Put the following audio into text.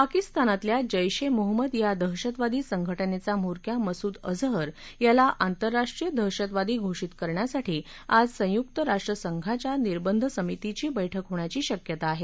पाकिस्तानातल्या जैश ए मोहम्मद या दहशतवादी संघटनेचा म्होरक्या मसूद अजहर याला आंतरराष्ट्रीय दहशतवादी घोषित करण्यासाठी आज संयुक्त राष्ट्र संघाच्या निर्बंध समितीची बैठक होण्याची शक्यता आहे